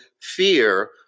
fear